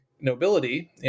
nobility